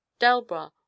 Delbra